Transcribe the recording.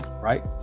right